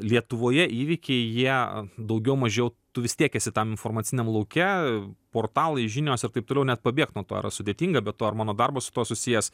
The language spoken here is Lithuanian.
lietuvoje įvykiai jie daugiau mažiau tu vis tiek esi tam informaciniam lauke portalai žinios ir taip toliau net pabėgt nuo to yra sudėtinga be to ir mano darbas su tuo susijęs